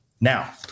Now